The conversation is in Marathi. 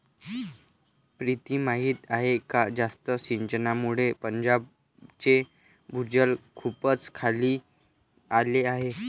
प्रीती माहीत आहे का जास्त सिंचनामुळे पंजाबचे भूजल खूपच खाली आले आहे